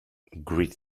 greet